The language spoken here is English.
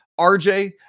RJ